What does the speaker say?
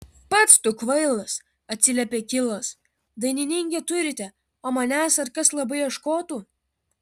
pats tu kvailas atsiliepė kilas dainininkę turite o manęs ar kas labai ieškotų